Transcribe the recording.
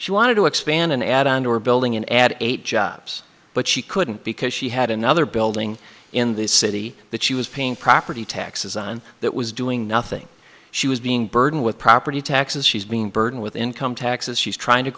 she wanted to expand an add on to her building and add eight jobs but she couldn't because she had another building in the city that she was paying property taxes on that was doing nothing she was being burdened with property taxes she's been burdened with income taxes she's trying to